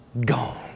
gone